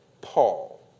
Paul